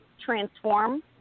transform